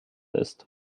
ist